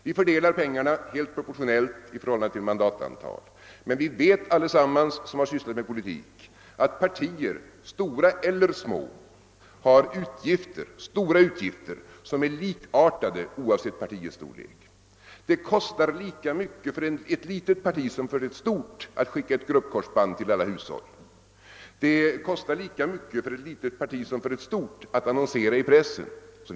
Pengarna fördelas helt proportionellt i förhållande till mandatantalet, men alla vi som har sysslat med politik vet att partier, stora eller små, har stora utgifter som är likartade oavsett partiets storlek. Det kostar lika mycket för ett litet parti som för ett stort att skicka ett gruppkorsband till alla hushåll. Det kostar lika mycket för ett litet parti som för ett stort att annonsera i pressen 0. s. v.